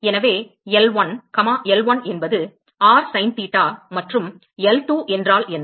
எனவே L1 L1 என்பது r sin theta மற்றும் L2 என்றால் என்ன